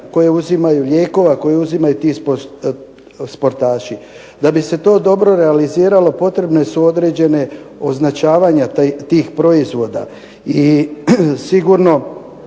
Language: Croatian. koje uzimaju, lijekova koje uzimaju ti sportaši. Da bi se to dobro realiziralo potrebne su određene označavanja tih proizvoda